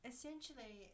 Essentially